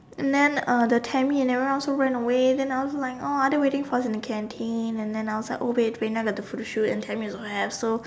and then uh the Tammy and everyone also ran away then I was like oh are they waiting for us in the canteen and then I was like oh wait Vena got the photoshoot Tammy also have so